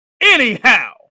anyhow